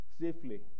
safely